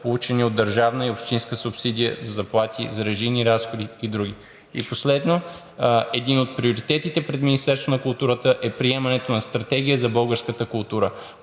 получени от държавна и общинска субсидия за заплати за режийни разходи и други. И последно. Един от приоритетите пред Министерството на културата е приемането на стратегия за българската култура,